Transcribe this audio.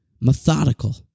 methodical